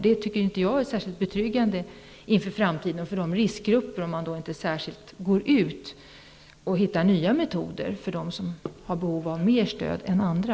Jag tycker inte att det är särskilt betryggande inför framtiden för riskgrupperna, om man inte hittar nya metoder för dem som har behov av mer stöd än andra.